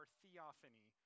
theophany